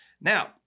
Now